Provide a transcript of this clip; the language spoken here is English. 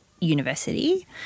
university